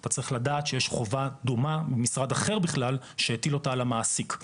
אתה צריך לדעת שיש חובה דומה ממשרד אחר בכלל שהטיל אותה על המעסיק,